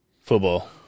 football